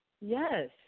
Yes